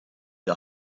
the